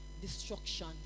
destruction